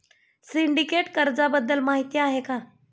Syndicate कर्जाबद्दल माहिती आहे का?